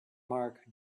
mark